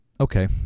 okay